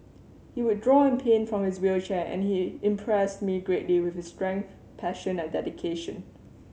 he would draw and paint from his wheelchair and he impressed me greatly with his strength passion and dedication